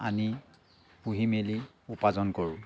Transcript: আনি পুহি মেলি উপাৰ্জন কৰোঁ